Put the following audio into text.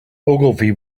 ogilvy